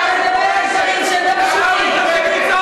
למה את פוחדת להקים מרכז מורשת?